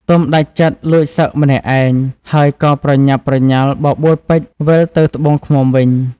ទុំដាច់ចិត្តលួចសឹកម្នាក់ឯង ហើយក៏ប្រញាប់ប្រញាល់បបួលពេជ្រវិលទៅត្បូងឃ្មុំវិញ ។